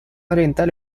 oriental